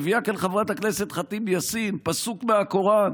מביאה כאן חברת הכנסת ח'טיב יאסין פסוק מהקוראן,